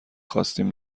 خواستیم